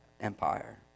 empire